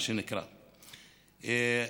מה שנקרא,